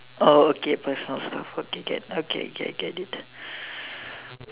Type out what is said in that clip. oh okay personal stuff okay can okay okay okay okay I get it